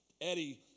Eddie